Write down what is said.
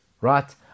Right